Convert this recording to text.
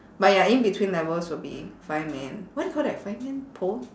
but ya in between levels will be fireman what you call that fireman pole